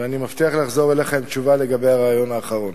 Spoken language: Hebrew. ואני מבטיח לחזור אליך עם תשובה לגבי הרעיון האחרון.